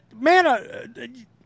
man